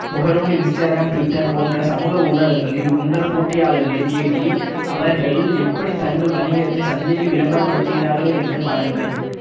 முகநூல் Instagram Twitter போன்ற சமூக ஊடகங்களில் உங்கள் போட்டியாளர்களைத் தேடி அவர்கள் எப்படி தங்கள் வணிகத்தைச் சந்தையில் விளம்பரப்படுத்துகிறார்கள் என்று பாருங்கள்